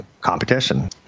competition